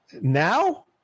now